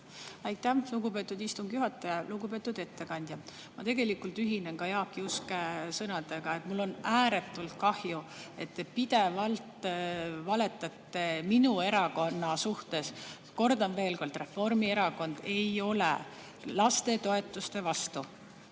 Aitäh, lugupeetud istungi juhataja! Lugupeetud ettekandja! Ma tegelikult ühinen Jaak Juske sõnadega, et mul on ääretult kahju, et te pidevalt valetate minu erakonna kohta. Kordan veel kord, et Reformierakond ei ole lastetoetuste vastu.